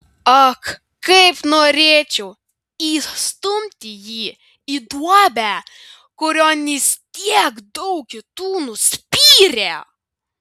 ak kaip norėčiau įstumti jį į duobę kurion jis tiek daug kitų nuspyrė